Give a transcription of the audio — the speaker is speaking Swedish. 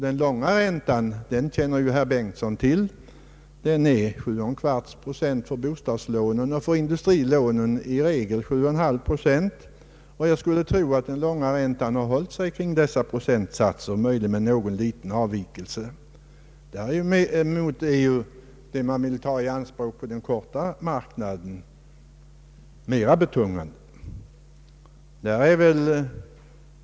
Den långa räntan är, som herr Bengtson känner till, 7,25 procent för bostadslån och 7,5) procent för industrilån. Den långa räntan har, möjligen med någon liten avvikelse, hållit sig kring dessa procentsatser. För lån på den korta marknaden är räntan än högre.